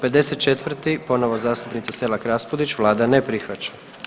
54. ponovo zastupnica Selak Raspudić, vlada ne prihvaća.